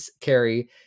carrie